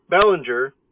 Bellinger